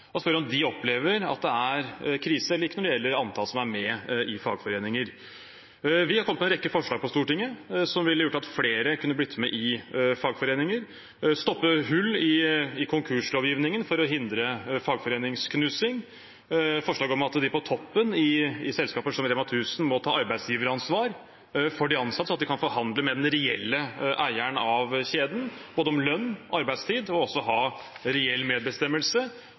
de opplever at det er krise eller ikke når det gjelder antallet som er med i fagforeninger. Vi har kommet med en rekke forslag på Stortinget som ville gjort at flere hadde kunnet bli med i fagforeninger. Det er forslag om å stoppe hull i konkurslovgivningen, for å hindre fagforeningsknusing. Det er forslag om at de på toppen i selskaper som Rema 1000 må ta arbeidsgiveransvar for de ansatte, slik at de kan forhandle med den reelle eieren av kjeden, både om lønn og arbeidstid, og også ha reell medbestemmelse.